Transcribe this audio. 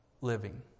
living